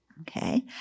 Okay